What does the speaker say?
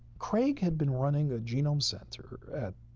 craig had been running a genome center at